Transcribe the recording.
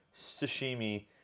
sashimi